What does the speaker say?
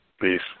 Peace